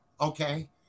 Okay